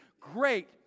Great